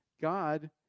God